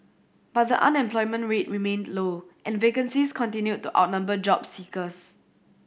but the unemployment rate remained low and vacancies continued to outnumber job seekers